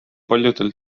paljudel